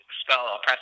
spell